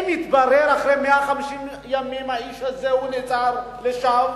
אם יתברר אחרי 150 ימים שהאיש הזה נעצר לשווא,